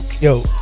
Yo